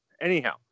Anyhow